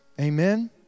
Amen